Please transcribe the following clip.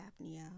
apnea